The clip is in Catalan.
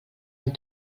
amb